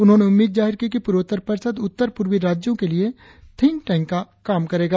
उन्होंने उम्मीद जाहिर की कि पूर्वोत्तर परिषद उत्तर पूर्वी राज्यों के लिए थिंक टैंक का काम करेगा